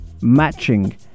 matching